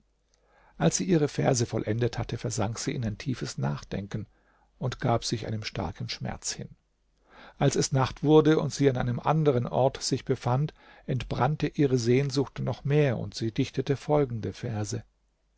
als sie ihre verse vollendet hatte versank sie in ein tiefes nachdenken und gab sich einem starken schmerz hin als es nacht wurde und sie an einem anderen ort sich befand entbrannte ihre sehnsucht noch mehr und sie dichtete folgende verse